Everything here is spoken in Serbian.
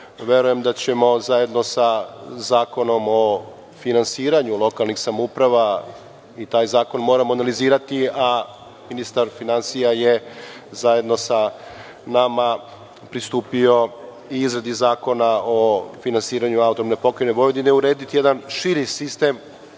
verujem da ćemo zajedno sa Zakonom o finansiranju lokalnih samouprava i taj zakon moramo analizirati, a ministar finansija je zajedno sa nama pristupio i izradi zakona o finansiranju AP Vojvodine, urediti jedan širi sistem